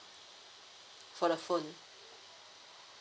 for the phone